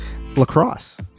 lacrosse